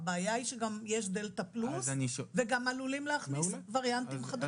הבעיה היא שגם יש דלתא פלוס וגם עלולים להכניס וריאנטים חדשים.